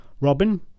Robin